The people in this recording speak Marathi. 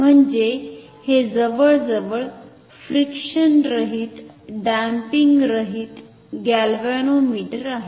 म्हणजे हे जवळजवळ फ्रिक्शनरहित डम्पिंगरहित गॅल्व्हनोमीटर आहे